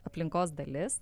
aplinkos dalis